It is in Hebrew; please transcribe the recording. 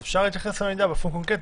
אז אפשר להתייחס למידע באופן קונקרטי,